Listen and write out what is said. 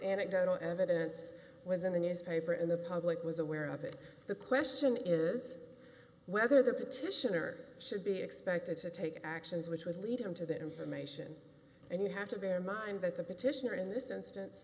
anecdotal evidence was in the newspaper and the public was aware of it the question is whether the petitioner should be expected to take actions which would lead him to that information and you have to bear in mind that the petitioner in this instance